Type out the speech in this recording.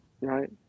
right